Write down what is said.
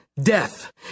Death